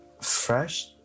fresh